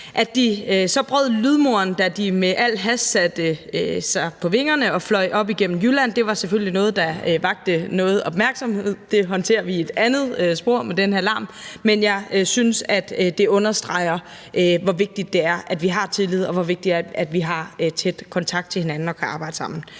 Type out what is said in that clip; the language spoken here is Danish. At de så brød lydmuren, da de i al hast satte sig på vingerne og fløj op igennem Jylland, var selvfølgelig noget, der vakte noget opmærksomhed. Det med den her larm håndterer vi i et andet spor, men jeg synes, at det understreger, hvor vigtigt det er, at vi har tillid, og hvor vigtigt det er, at vi har tæt kontakt til hinanden og kan arbejde sammen.